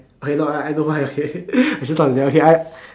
okay no I I know why okay I just don't want to tell okay I